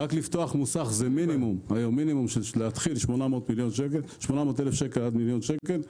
רק לפתוח מוסך מתחיל ב-800,000 ₪ עד מיליון ₪.